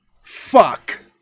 Fuck